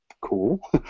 cool